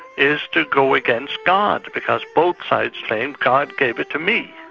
is to go against god, because both sides claim god gave it to me.